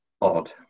odd